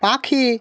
পাখি